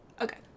Okay